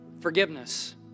Forgiveness